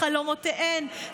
חלומותיהן,